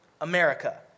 America